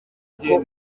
uko